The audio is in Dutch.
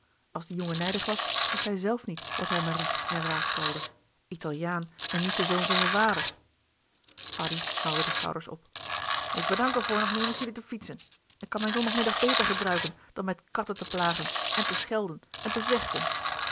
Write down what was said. als die jongen nijdig was wist hij zelf niet wat hij maar riep en raaskalde italiaan en niet de zoon van je vader addy haalde de schouders op ik bedank er voor nog meer met jullie te fietsen ik kan mijn zondagmiddag beter gebruiken dan met katten te plagen en te schelden en te vechten